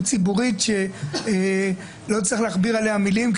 ציבורית שלא צריך להכביר עליה מילים,